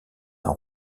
d’un